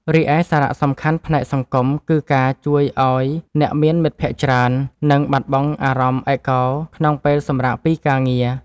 រីឯសារៈសំខាន់ផ្នែកសង្គម គឺការជួយឱ្យអ្នកមានមិត្តភក្តិច្រើន និងបាត់បង់អារម្មណ៍ឯកោក្នុងពេលសម្រាកពីការងារ។